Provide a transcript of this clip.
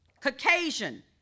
Caucasian